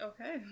Okay